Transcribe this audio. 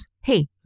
Hey